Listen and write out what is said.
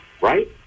right